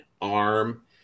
arm